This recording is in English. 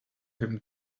him